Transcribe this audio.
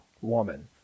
woman